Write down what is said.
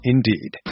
Indeed